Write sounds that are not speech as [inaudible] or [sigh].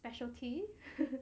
specialty [laughs]